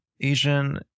Asian